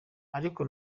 ariko